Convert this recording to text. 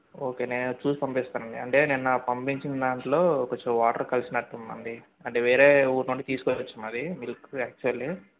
okay నేను చూసి పంపిస్తానండి అంటే నిన్న పంపించిన దాంట్లో కొంచెం వాటర్ కలిసినట్టుందండి అంటే వేరే ఊరు నుండి తీసుకొచ్చాము మరి మిల్కు యాక్చువల్లీ